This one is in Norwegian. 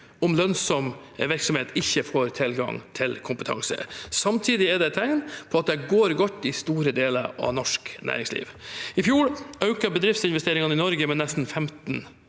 om lønnsom virksomhet ikke får tilgang til kompetanse. Samtidig er det tegn på at det går godt i store deler av norsk næringsliv. I fjor økte bedriftsinvesteringene i Norge med nesten 15